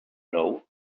nou